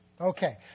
Okay